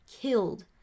killed